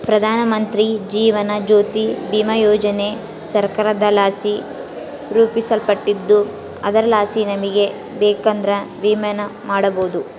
ಪ್ರಧಾನಮಂತ್ರಿ ಜೀವನ ಜ್ಯೋತಿ ಭೀಮಾ ಯೋಜನೆ ಸರ್ಕಾರದಲಾಸಿ ರೂಪಿಸಲ್ಪಟ್ಟಿದ್ದು ಅದರಲಾಸಿ ನಮಿಗೆ ಬೇಕಂದ್ರ ವಿಮೆನ ಮಾಡಬೋದು